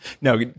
No